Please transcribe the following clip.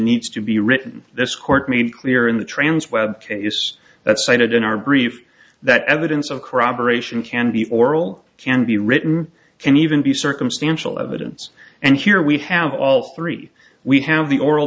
needs to be written this court made clear in the trans web case that cited in our brief that evidence of corroboration can be oral can be written can even be circumstantial evidence and here we have all three we have the oral